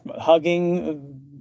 hugging